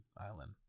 island